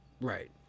Right